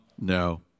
no